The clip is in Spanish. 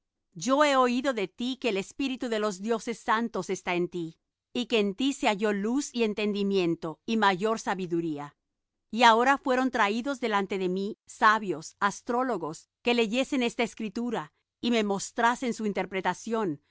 yo he oído de ti que el espíritu de los dioses santos está en ti y que en ti se halló luz y entendimiento y mayor sabiduría y ahora fueron traídos delante de mí sabios astrólogos que leyesen esta escritura y me mostrasen su interpretación